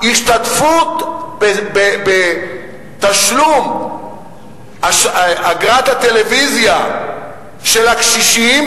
השתתפות בתשלום אגרת הטלוויזיה של הקשישים,